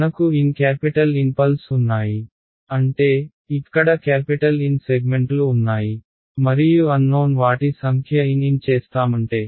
మనకు N capital N pulses ఉన్నాయి అంటే ఇక్కడ క్యాపిటల్ N సెగ్మెంట్లు ఉన్నాయి మరియు అన్నోన్ వాటి సంఖ్య N N చేస్తామంటే